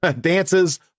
dances